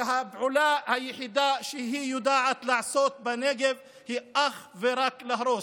והפעולה היחידה שהיא יודעת לעשות בנגב היא אך ורק להרוס.